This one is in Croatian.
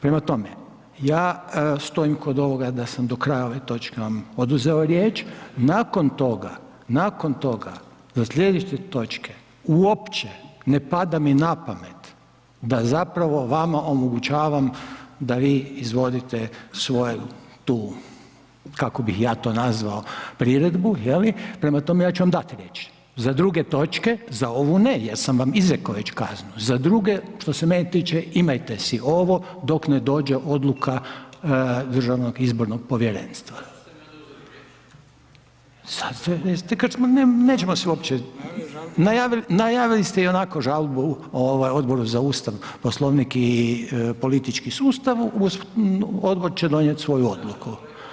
Prema tome, ja stojim kod ovoga da sam dok kraja ove točke vam oduzeo riječ, nakon toga, do slijedeće točke, uopće ne pada mi na pamet da zapravo vama omogućavam da vi izvodite svoju tu kako bih ja to nazvao, priredbu je li, prema tome, ja ću vam dat riječ za druge točke, za ovu ne jer sam izrekao već kaznu, za druge što se mene tiče, imajte si ovo dok ne dođe odluka DIP-a. … [[Upadica sa strane, ne razumije se.]] Nećemo se uopće, najavili ste ionako žalbu Odboru za Ustav, Poslovnik i politički sustav, odbor će donijet svoju odluku.